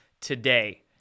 today